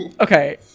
Okay